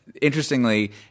interestingly